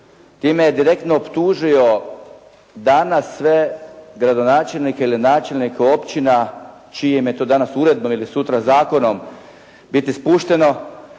Time je direktno optužio danas sve gradonačelnike ili načelnike općina čijom je to danas uredbom ili sutra zakonom biti ispušteno,